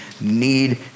need